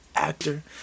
Actor